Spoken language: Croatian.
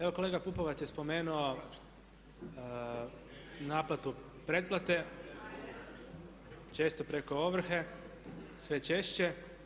Evo kolega Pupovac je spomenuo napad od pretplate, često preko ovrhe, sve češće.